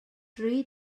dri